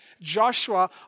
Joshua